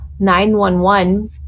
911